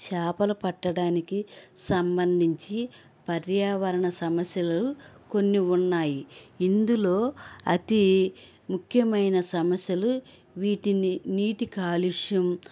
చేపలు పట్టడానికి సంబంధించి పర్యావరణ సమస్యలు కొన్ని ఉన్నాయి ఇందులో అతి ముఖ్యమైన సమస్యలు వీటిని నీటి కాలుష్యం